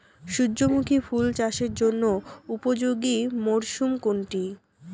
সূর্যমুখী ফুল চাষের জন্য উপযোগী মরসুম কোনটি?